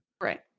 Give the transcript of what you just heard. right